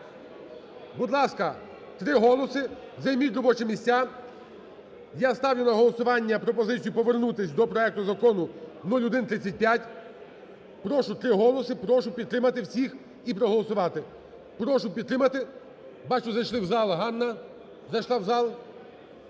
Будь ласка, три голоси. Займіть робочі місця. Я ставлю на голосування пропозицію повернутись до проекту Закону 0135. Прошу, три голоси, прошу підтримати всіх і проголосувати. Прошу підтримати. Бачу, зайшли в зал. Ганна зайшла в зал.